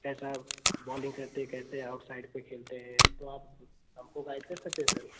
कैसा बोलिंग करते हैं कैसे आउटसाइड से खेलते हैं तो आप हमको गाइड कर सकते हैं सर